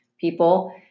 people